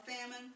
famine